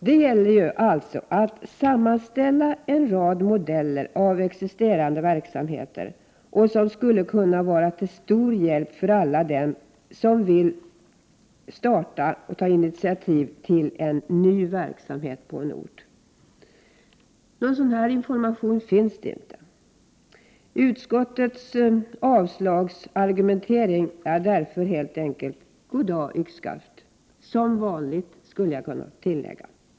Det gäller alltså att en rad modeller av existerande verksamheter sammanställs vilka skulle kunna vara till stor hjälp för alla som vill starta och ta initiativ till en ny verksamhet på en ort. Någon sådan information finns inte. Utskottsmajoritetens argumentering för sitt avstyrkande är därför helt enkelt god dag yxskaft — som vanligt, skulle jag kunna tillägga.